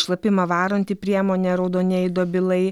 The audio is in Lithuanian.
šlapimą varanti priemonė raudonieji dobilai